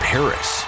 Paris